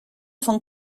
von